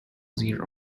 their